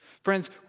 Friends